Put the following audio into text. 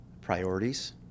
priorities